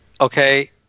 okay